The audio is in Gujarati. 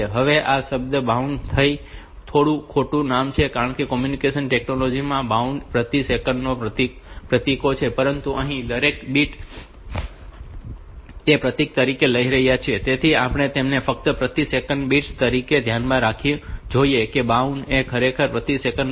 હવે આ શબ્દ બાઉડ અહીં થોડું ખોટું નામ છે કારણ કે કોમ્યુનિકેશન ટેક્નોલોજી માં આ બાઉડ એ પ્રતિ સેકન્ડના પ્રતીકો છે પરંતુ અહીં આપણે દરેક બીટ ને પ્રતીક તરીકે લઈ રહ્યા છીએ તેથી આપણે તેમને ફક્ત પ્રતિ સેકન્ડના બિટ્સ તરીકે એ ધ્યાનમાં રાખીને લઈશું કે baud એ ખરેખર પ્રતિ સેકન્ડ પ્રતીકો છે